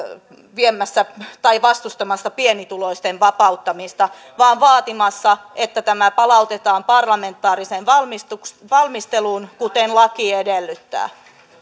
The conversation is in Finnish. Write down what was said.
vastustamassa pienituloisten vapauttamista vaan vaatimassa että tämä palautetaan parlamentaariseen valmisteluun kuten laki edellyttää